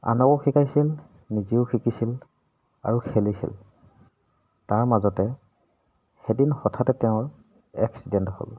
আনকো শিকাইছিল নিজেও শিকিছিল আৰু খেলিছিল তাৰ মাজতে এদিন হঠাতে তেওঁৰ এক্সিডেণ্ট হ'ল